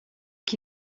qui